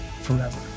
forever